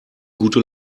gute